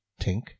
Tink